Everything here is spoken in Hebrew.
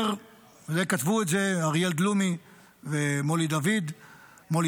כתבו את זה אריאל דלומי ומולי דור,